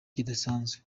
kidasanzwe